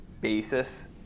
basis